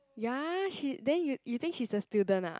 ya she then you you think she's a student ah